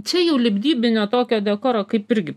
čia jau libdybinio tokio dekoro kaip irgi